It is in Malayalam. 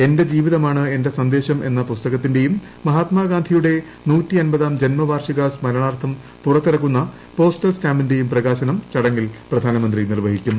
എന്റെ ജീവിതമാണ് എന്റെ സന്ദേശം എന്ന പുസ്തകത്തിന്റെയും മഹാത്മാഗാന്ധിയുടെ പുറത്തിറക്കുന്ന പോസ്റ്റൽ സ്റ്റാമ്പിന്റെയും പ്രകാശനം ചടങ്ങിൽ പ്രധാനമന്ത്രി നിർവഹിക്കും